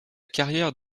carrière